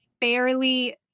barely